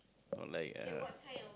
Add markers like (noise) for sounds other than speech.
or no like uh (noise)